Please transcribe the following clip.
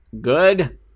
good